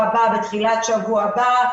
שבתחילת שבוע הבא,